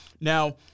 Now